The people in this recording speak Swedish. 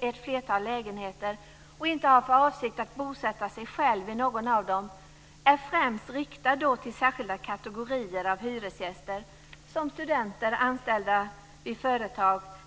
ett flertal lägenheter och inte har för avsikt att bosätta sig själv i någon av dem - är alltså främst riktad till särskilda kategorier av hyresgäster som studenter och anställda vid företag.